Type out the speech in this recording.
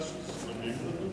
אין הקצאה של זמנים לדוברים?